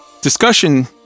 discussion